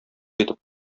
итеп